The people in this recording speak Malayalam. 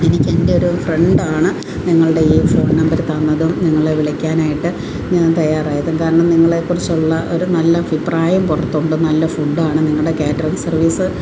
എനിക്ക് എൻ്റെ ഒരു ഫ്രണ്ടാണ് നിങ്ങളുടെ ഈ ഫോൺ നമ്പർ തന്നതും നിങ്ങളെ വിളിക്കാനായിട്ട് ഞാൻ തയ്യാറായതമ്മ് കാരണം നിങ്ങളെ കുറിച്ചുള്ള ഒരു നല്ലഭിപ്രായം പുറത്തുണ്ട് നല്ല ഫുഡ്ഡാണ് നിങ്ങളുടെ കാറ്ററിംഗ് സർവീസ്